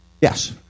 yes